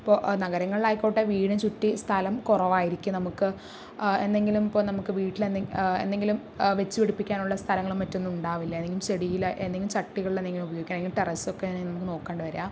ഇപ്പോൾ നഗരങ്ങളിലായിക്കോട്ടെ വീടിനു ചുറ്റി സ്ഥലം കുറവായിരിക്കും നമുക്ക് എന്നെങ്കിലും ഇപ്പോ നമുക്ക് വീട്ടിൽ എന്തെ എന്തെങ്കിലും വെച്ച് പിടിപ്പിക്കാനുള്ള സ്ഥലങ്ങളും മറ്റൊന്നും ഉണ്ടാവില്ല ഏതെങ്കിലും ചെടിയിൽ എന്തെങ്കിലും ചട്ടികളിൽ എന്തെങ്കിലും ഉപയോഗിക്കണം അല്ലെങ്കിൽ ടെറസൊക്കെ നമുക്ക് നോക്കേണ്ടി വരാം